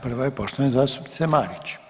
Prva je poštovane zastupnice Marić.